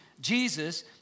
Jesus